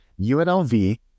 UNLV